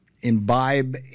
imbibe